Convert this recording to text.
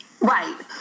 Right